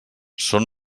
són